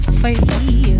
free